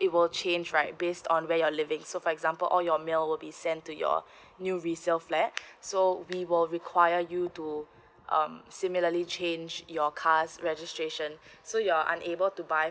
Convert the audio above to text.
it will change right based on where you're living so for example all your mails will be sent to your new resale flat so we will require you to um similarly change your car's registration so you're unable to buy